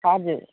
हजुर